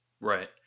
Right